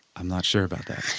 i'm not sure about that